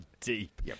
deep